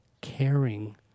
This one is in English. caring